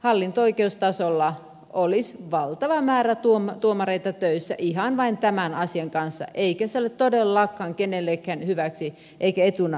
hallinto oikeustasolla olisi valtava määrä tuomareita töissä ihan vain tämän asian kanssa eikä se ole todellakaan kenellekään hyväksi eikä etuna tämä asia